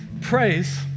praise